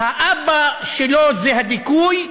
האבא שלו זה הדיכוי,